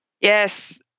Yes